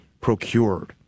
procured